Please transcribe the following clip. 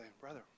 Brother